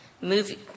movie